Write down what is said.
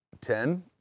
ten